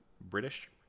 British